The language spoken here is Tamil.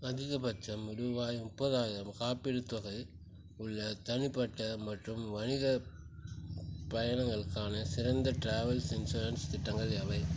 அதிகபட்சம் ரூபாய் முப்பதாயிரம் காப்பீடுத் தொகை உள்ள தனிப்பட்ட மற்றும் வணிகப் பயணங்களுக்கான சிறந்த ட்ராவல்ஸ் இன்சூரன்ஸ் திட்டங்கள் எவை